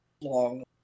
long